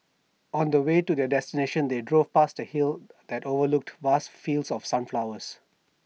on the way to their destination they drove past A hill that overlooked vast fields of sunflowers